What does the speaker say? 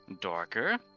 darker